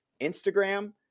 Instagram